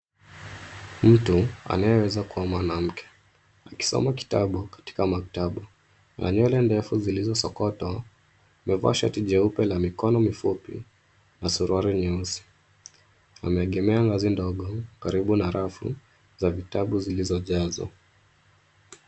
Mtu anayeweza kua mwanamke akisoma kitabu katika maktaba ana nywele ndefu zilizo sokotwa ameva shati jeupe la mikono mifupi na suruali nyeusi ameegemea ngazi ndogo karibu na rafu za vitabu zilizo jazwa.